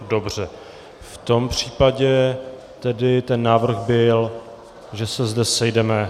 Dobře, v tom případě tedy ten návrh byl, že se zde sejdeme v 9.50.